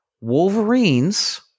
Wolverines